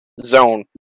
zone